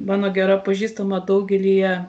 mano gera pažįstama daugelyje